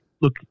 look